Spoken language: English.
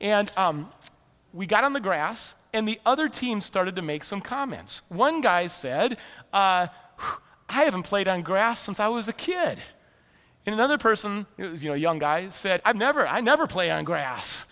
and we got on the grass and the other team started to make some comments one guy said i haven't played on grass since i was a kid and another person you know young guy said i've never i never play on grass